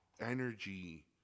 energy